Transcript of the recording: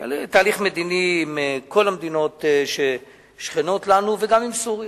תהליך מדיני עם כל המדינות ששכנות לנו וגם עם סוריה.